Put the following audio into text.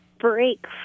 break